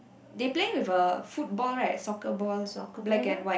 they play with a football right soccer ball black and white